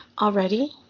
Already